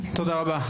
תודה רבה.